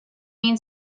mean